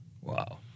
Wow